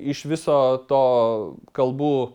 iš viso to kalbų